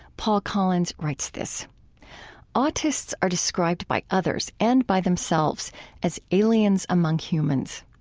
paul collins writes this autists are described by others and by themselves as aliens among humans.